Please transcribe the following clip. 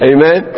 Amen